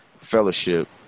fellowship